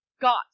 got